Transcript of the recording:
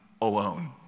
alone